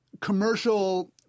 commercial